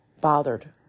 bothered